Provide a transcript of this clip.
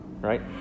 right